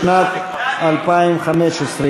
לשנת 2015,